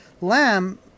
lamb